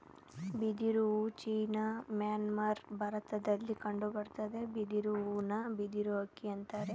ಬಿದಿರು ಹೂ China Myanmar ಭಾರತದಲ್ಲಿ ಕಂಡುಬರ್ತದೆ ಬಿದಿರು ಹೂನ ಬಿದಿರು ಅಕ್ಕಿ ಅಂತರೆ